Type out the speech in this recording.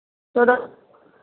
तेरह